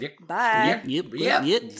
bye